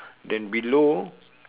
then below